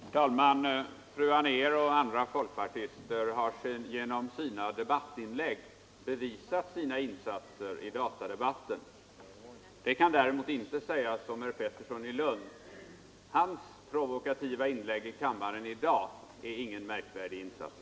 Herr talman! Fru Anér och andra folkpartister har genom sina debattinlägg bevisat sina insatser i datadebatten. Det kan däremot inte sägas om herr Pettersson i Lund. Hans provokativa inlägg i kammaren i dag är ingen märkvärdig insats.